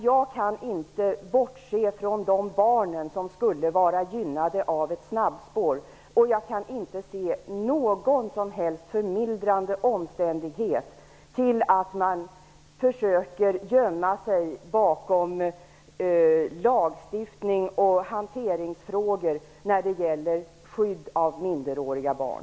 Jag kan inte bortse ifrån de barn som skulle gynnas av ett snabbspår, och jag kan inte se någon som helst förmildrande omständighet för att man försöker gömma sig bakom lagstiftning och hanteringsfrågor när det gäller skydd av minderåriga barn.